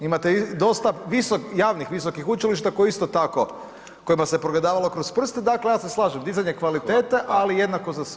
Imate dosta javnih visokih učilišta koja isto tako, kojima se progledavalo kroz prste, dakle ja se slažem, dizanje kvalitete ali jednako za sve.